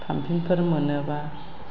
पाम्पिंफोर मोनोब्ला